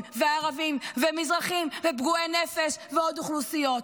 וערבים ומזרחים ופגועי נפש ועוד אוכלוסיות.